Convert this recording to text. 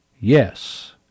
Yes